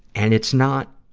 and it's not